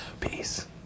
Peace